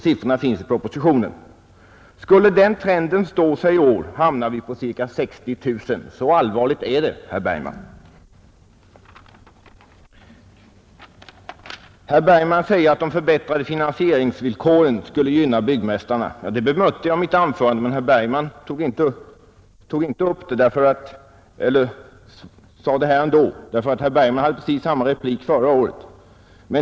Siffrorna återfinns i propositionen. Om den trenden står sig i år, hamnar vi ungefär på nivån 60 000. Så allvarligt är det, herr Bergman! Sedan sade herr Bergman också att de förbättrade finansieringsvillkoren gynnar byggmästarna. Jag bemötte den saken i mitt förra anförande, men herr Bergman sade som han gjorde ändå, och han hade precis samma replik förra året.